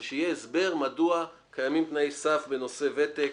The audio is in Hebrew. ושיהיה הסבר מדוע קיימים תנאי סף בנושא ותק,